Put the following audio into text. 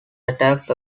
attacks